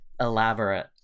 elaborate